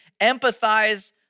empathize